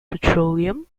petroleum